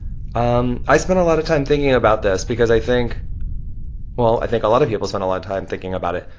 um i spend a lot of time thinking about this because i think well, i think a lot of people spend a lot of time thinking about it.